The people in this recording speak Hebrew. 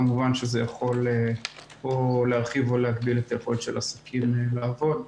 כמובן שזה יכול או להרחיב או להגביל את היכולת של העסקים לעבוד.